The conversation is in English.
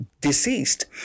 deceased